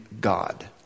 God